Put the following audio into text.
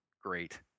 great